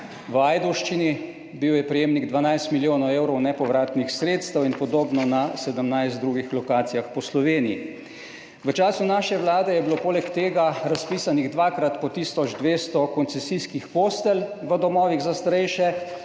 v Ajdovščini. Bil je prejemnik 12 milijonov evrov nepovratnih sredstev. In podobno na 17 drugih lokacijah po Sloveniji. V času naše vlade je bilo poleg tega razpisanih dvakrat po tisoč 200 koncesijskih postelj v domovih za starejše.